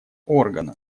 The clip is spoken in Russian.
органа